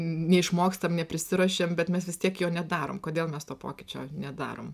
neišmokstam neprisiruošiam bet mes vis tiek jo nedarom kodėl mes to pokyčio nedarom